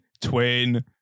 twin